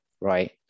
right